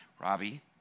Robbie